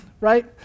right